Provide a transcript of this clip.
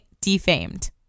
defamed